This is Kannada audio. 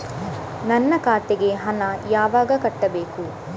ನನ್ನ ಖಾತೆಗೆ ಹಣ ಯಾವಾಗ ಕಟ್ಟಬೇಕು?